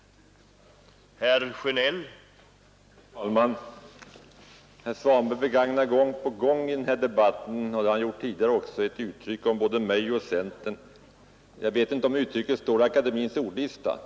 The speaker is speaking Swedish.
motverka maktkoncentrationen i samhället motverka maktkoncentrationen i samhället